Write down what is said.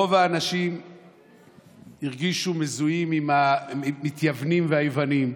רוב האנשים הרגישו מזוהים עם המתייוונים והיוונים,